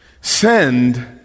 send